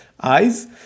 eyes